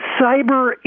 cyber